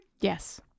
Yes